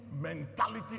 mentality